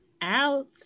out